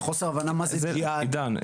זה חוסר הבנה מזוויע -- עידן,